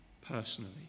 personally